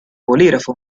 bolígrafo